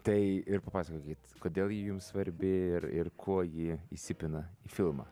tai ir papasakokit kodėl ji jums svarbi ir ir kuo ji įsipina į filmą